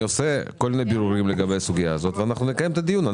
אני עושה כל מיני בירורים לגבי הסוגיה הזאת ואנחנו נקיים עליה דיון.